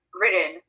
written